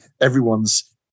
Everyone's